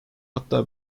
hatta